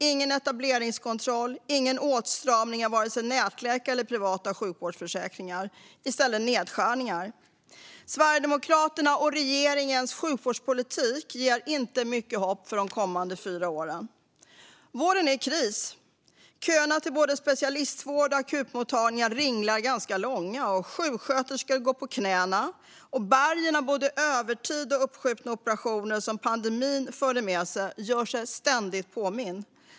Ingen etableringskontroll. Ingen åtstramning av vare sig nätläkare eller privata sjukvårdsförsäkringar. I stället nedskärningar. Sverigedemokraternas och regeringens sjukvårdspolitik ger inte mycket hopp inför de kommande fyra åren. Vården är i kris. Köerna till både specialistvård och akutmottagningar ringlar ganska långa, sjuksköterskor går på knäna och bergen av både övertid och uppskjutna operationer som pandemin förde med sig gör sig ständigt påminda.